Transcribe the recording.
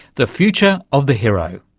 the future of the hero,